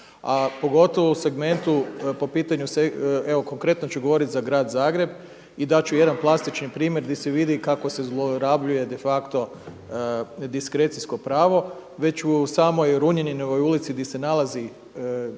a pogotovo u segmentu po pitanju evo konkretno ću govoriti za grad Zagreb i dat ću jedan plastični primjer di se vidi kako se zlorabljuje de facto diskrecijsko pravo već u samoj Runjaninovoj ulici gdje se nalazi